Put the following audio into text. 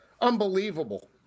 Unbelievable